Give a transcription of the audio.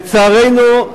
לצערנו,